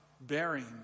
bearing